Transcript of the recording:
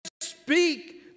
speak